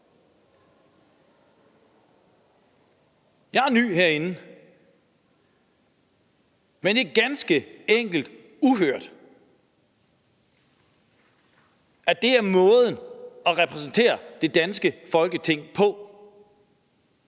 Jeg er ny herinde, men jeg vil sige, at det ganske enkelt er uhørt, at det er måden at repræsentere det danske Folketing på,